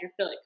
hydrophilic